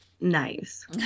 Nice